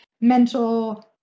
mental